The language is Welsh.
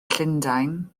llundain